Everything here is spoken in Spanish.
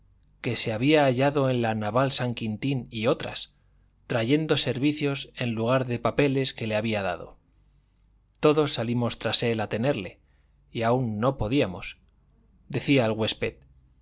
que se había hallado en la naval san quintín y otras trayendo servicios en lugar de papeles que le había dado todos salimos tras él a tenerle y aun no podíamos decía el